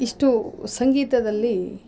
ಇಷ್ಟು ಸಂಗೀತದಲ್ಲಿ